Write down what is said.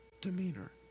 demeanor